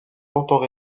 longtemps